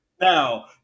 Now